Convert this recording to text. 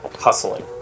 hustling